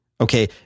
Okay